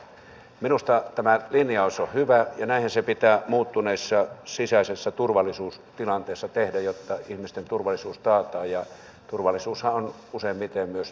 minusta tämä linjaus on hyvä ja näinhän se pitää muuttuneessa sisäisessä turvallisuustilanteessa tehdä jotta ihmisten turvallisuus taataan ja turvallisuushan on useimmiten myös tunnekysymys